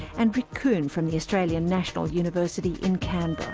and rick kuhn, from the australian national university in canberra.